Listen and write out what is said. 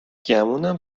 گمونم